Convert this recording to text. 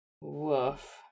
Woof